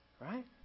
right